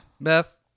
Beth